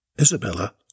Isabella